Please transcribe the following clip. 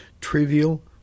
trivial